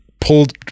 pulled